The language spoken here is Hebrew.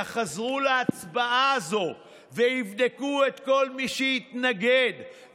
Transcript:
יחזרו להצבעה הזו ויבדקו את כל מי שהתנגד,